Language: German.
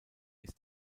ist